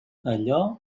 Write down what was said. allò